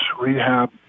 rehab